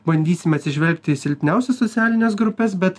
bandysime atsižvelgti į silpniausias socialines grupes bet